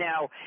now